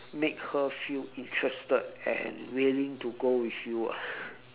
make her feel interested and willing to go with you ah